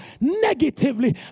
negatively